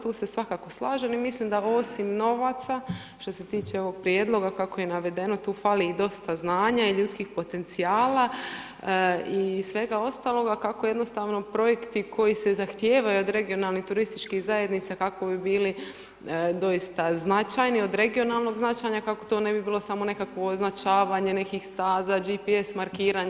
Tu se svakako slažem i mislim da osim novaca, što se tiče ovog prijedloga kako je i navedeno tu fali i dosta znanja i ljudskih potencijala i svega ostaloga kako jednostavno projekti koji se zahtijevaju od regionalnih turističkih zajednica kako bi bili doista značajni od regionalnog značaja kako to ne bi bilo samo nekakvo označavanje nekakvih staza, GPS markiranje.